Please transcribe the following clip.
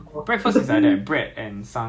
是这样子 ya ya